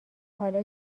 حالا